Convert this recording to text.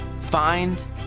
Find